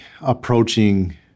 approaching